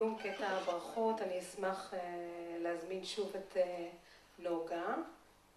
בסיום קטע הברכות אני אשמח להזמין שוב את נוגה